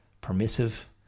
permissive